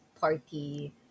party